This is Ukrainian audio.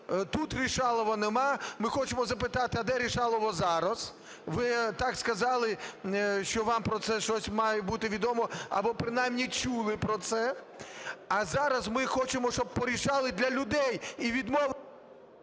тут "рішалово" нема. Ми хочемо запитати, а де "рішалово" зараз? Ви так сказали, що вам про це щось має бути відомо або принаймні чули про це. А зараз ми хочемо, щоб порішали для людей і…